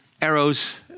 arrows